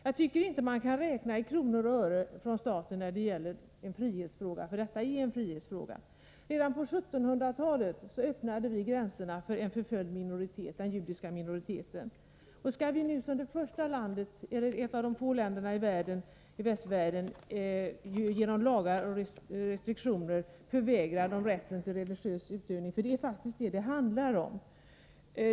Jag tycker inte att staten kan räkna i kronor och ören när det gäller en frihetsfråga — och det är en frihetsfråga. Redan på 1700-talet öppnade Sverige gränserna för en förföljd minoritet, den judiska minoriteten. Skall vi nu som ett av de första länderna i västvärlden genom lagar och restriktioner förvägra judarna rätten till religionsutövning? Detta är faktiskt vad det handlar om.